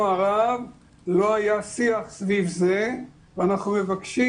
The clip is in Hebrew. הרב לא היה שיח סביב זה ואנחנו מבקשים,